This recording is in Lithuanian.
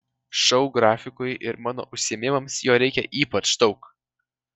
šou grafikui ir mano užsiėmimams jo reikia ypač daug